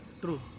true